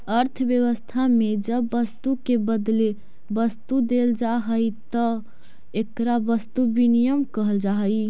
अर्थव्यवस्था में जब वस्तु के बदले वस्तु देल जाऽ हई तो एकरा वस्तु विनिमय कहल जा हई